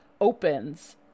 opens